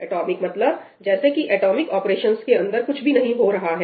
atomic मतलब जैसे कि एटॉमिक ऑपरेशंस के अंदर कुछ भी नहीं हो रहा है